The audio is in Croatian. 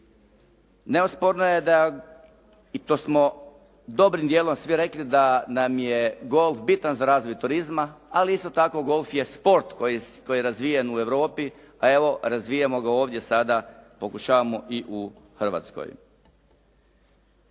Neosporno je da je, i to smo dobrim dijelom svi rekli da nam je golf bitan za razvoj turizma, ali isto tako golf je sport koji je razvijen u Europi, a evo razvijamo ga ovdje sada, pokušavamo i u Hrvatskoj.